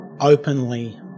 openly